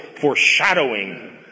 foreshadowing